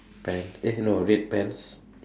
pant eh no red pants